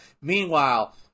meanwhile